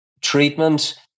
treatment